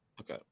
Okay